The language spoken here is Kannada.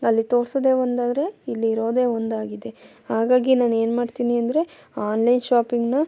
ಅಲ್ಲಿ ತೋರಿಸೋದೆ ಒಂದಾದರೆ ಇಲ್ಲಿ ಇರೋದೇ ಒಂದಾಗಿದೆ ಹಾಗಾಗಿ ನಾನು ಏನ್ಮಾಡ್ತೀನಿ ಅಂದರೆ ಆನ್ಲೈನ್ ಶಾಪಿಂಗ್ನ